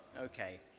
Okay